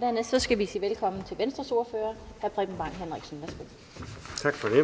Dernæst skal vi sige velkommen til Venstres ordfører. Hr. Preben Bang Henriksen, værsgo. Kl.